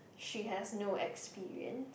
she has no experience